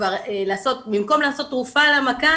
במקום לעשות תרופה למכה,